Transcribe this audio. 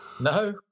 No